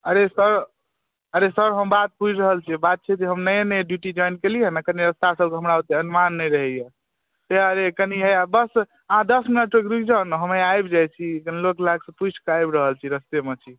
अरे सर अरे सर हम बात बुझि रहल छियै बात छै जे हम नए नए ड्यूटी ज्वाइन केलियैहँ ने कनी रस्ता सबके हमरा ओत्ते अनुमान नहि रहैयऽ तै दुआरे कनी हैआ बस आब दस मिनट कनी रुइक जाउ नऽ हम हैआ आइब जाइ छी कनी लोक लाक सऽ पुइछ कऽ आइब रहल छी रस्ते मऽ छी